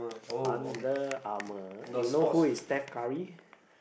Under-Armour you know who is Stef-Curry